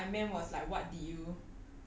!wah! actually